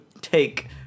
take